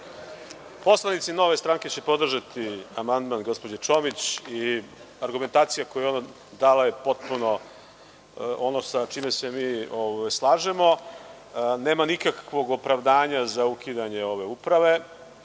Poslanici Nove stranke će podržati amandman gospođe Čomić. Argumentacija koju je ona dala je potpuno ono sa čime se mi slažemo. Nema nikakvog opravdanja za ukidanje ove Uprave. Ako